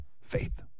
Faith